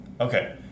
Okay